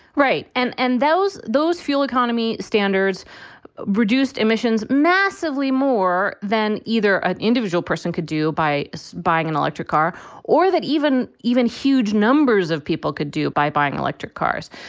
right. and and those those fuel economy standards reduced emissions massively more than either an individual person could do by buying an electric car or that even even huge numbers of people could do it by buying electric cars.